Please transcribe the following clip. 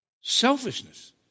Selfishness